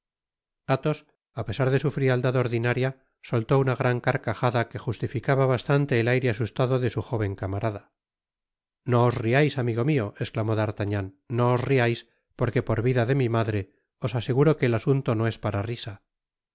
á su amo athos apesardesn frialdad ordinaria soltó una gran carcajada que justificaba bastante el aire asustado de su jóven camarada no os riais amigo mio esclamó d'artagnan no os riais porque por vida de mi madre os aseguro que el asunto no es para risa